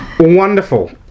wonderful